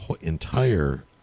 entire